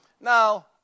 Now